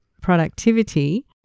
productivity